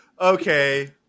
Okay